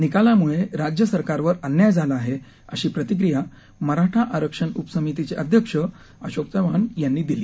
निकालामुळे राज्य सरकारवर अन्याय झाला आहे अशी प्रतिक्रिया मराठा आरक्षण उपसमितीचे अध्यक्ष अशोक चव्हाण यांनी दिली